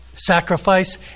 Sacrifice